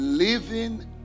Living